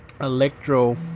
Electro